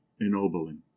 ennobling